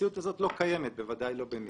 והמציאות הזאת לא קיימת, בוודאי לא במגדל.